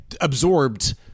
absorbed